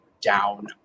down